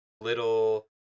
little